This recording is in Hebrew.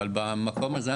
אבל במקום הזה,